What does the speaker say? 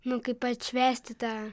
nu kaip atšvęsti tą